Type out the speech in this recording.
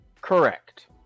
correct